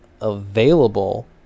available